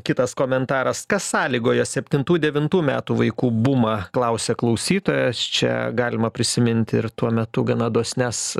kitas komentaras kas sąlygoja septintų devintų metų vaikų bumą klausia klausytojas čia galima prisiminti ir tuo metu gana dosnias